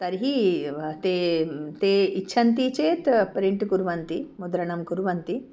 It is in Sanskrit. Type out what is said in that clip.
तर्हि एव ते ते इच्छन्ति चेत् प्रिण्ट् कुर्वन्ति मुद्रणं कुर्वन्ति